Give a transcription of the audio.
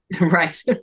Right